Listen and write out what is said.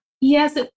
Yes